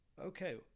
Okay